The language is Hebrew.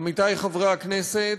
עמיתי חברי הכנסת,